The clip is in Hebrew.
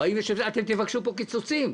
אתם תבקשו פה קיצוצים,